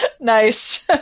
Nice